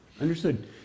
Understood